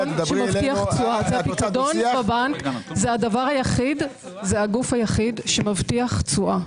זה הגוף היחיד שמבטיח תשואה.